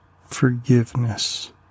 forgiveness